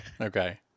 Okay